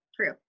true